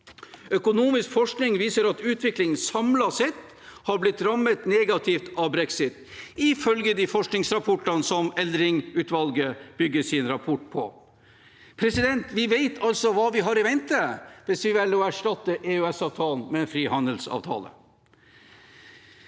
Økonomisk forskning viser at utviklingen samlet sett har blitt rammet negativt av brexit, ifølge de forskningsrapportene som Eldring-utvalget bygger sin rapport på. Vi vet altså hva vi har i vente hvis vi velger å erstatte EØS-avtalen med en frihandelsavtale.